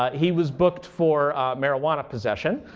but he was booked for marijuana possession.